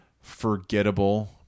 forgettable